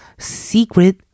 secret